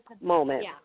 moment